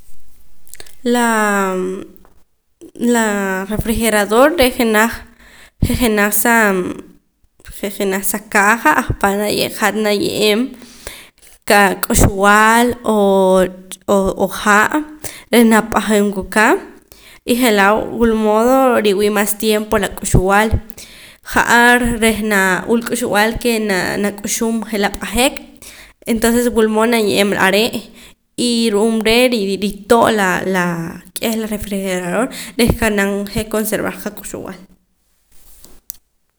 Laa laa refrigerador re' jenaj je' jenaj saa je' jenaj sa caja ahpa' hat naye'eem kak'uxb'aal oo o ha' reh nap'ajanwa ka y je'laa wul modo riwii' mas tiempo la k'uxb'al ja'ar reh naa wul k'uxb'al ke naa nak'uxub' je'laa p'ajay entonces wul mood naye'eem are' y ru'uum re' rii ritoo' laa la k'eh la refrigerador reh qa'nam je' conservar qak'uxb'aal